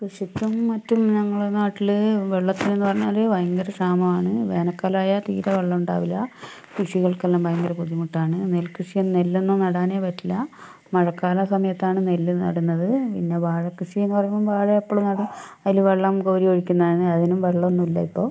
കൃഷിക്കും മറ്റും ഞങ്ങളെ നാട്ടില് വെള്ളത്തിനെന്ന് പറഞ്ഞാല് ഭയങ്കര ക്ഷാമാണ് വേനൽക്കാലായാൽ തീരെ വെള്ളേണ്ടാവില്ല കൃഷികൾക്കെല്ലാം ഭയങ്കര ബുദ്ധിമുട്ടാണ് നെൽക്കൃഷിയെന്ന് നെല്ലൊന്നും നടാനെ പറ്റില്ല മഴക്കാല സമയത്താണ് നെല്ല് നടുന്നത് പിന്നെ വാഴക്കൃഷിയെന്ന് പറയുമ്പം വാഴ എപ്പളും നടും അയില് വെള്ളം കോരി ഒഴിക്കും അതിനും വെള്ളോന്നും ഇല്ല ഇപ്പോ